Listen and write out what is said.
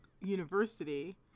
university